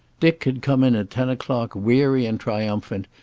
dick had come in at ten o'clock weary and triumphant,